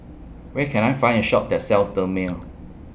Where Can I Find A Shop that sells Dermale